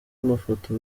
amafoto